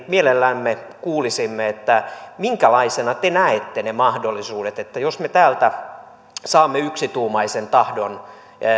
mielellämme kuulisimme minkälaisena te näette ne mahdollisuudet ja mikä on teidän käsityksenne siitä että jos me täältä saamme yksituumaisen tahdon